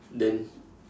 then